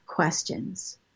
questions